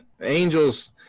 Angels